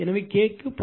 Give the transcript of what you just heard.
எனவே K க்கு 0